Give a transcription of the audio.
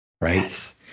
Right